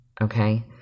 okay